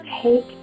take